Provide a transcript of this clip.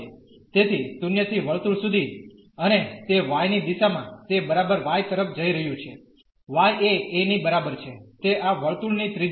તેથી 0 થી વર્તુળ સુધી અને તે yની દિશામાં તે બરાબર y તરફ જઈ રહ્યું છે y એ a ની બરાબર છે તે આ વર્તુળની ત્રિજ્યા છે